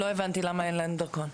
לא הבנתי למה אין להן דרכון.